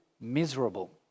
miserable